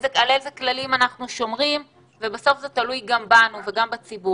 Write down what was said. על איזה כללים אנחנו שומרים ובסוף זה תלוי גם בנו וגם בציבור.